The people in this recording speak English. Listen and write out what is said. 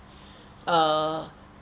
uh